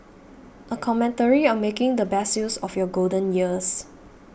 a commentary on making the best use of your golden years